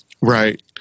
Right